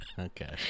Okay